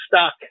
stuck